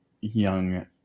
young